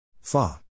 Fa